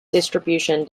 distribution